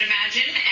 Imagine